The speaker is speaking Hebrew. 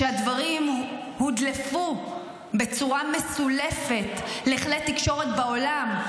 שהדברים הודלפו בצורה מסולפת לכלי תקשורת בעולם.